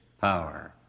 power